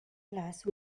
lasu